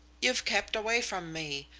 you've kept away from me.